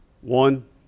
one